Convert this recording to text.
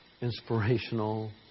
inspirational